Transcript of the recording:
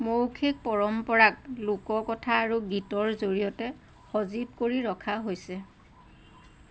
মৌখিক পৰম্পৰাক লোককথা আৰু গীতৰ জৰিয়তে সজীৱ কৰি ৰখা হৈছে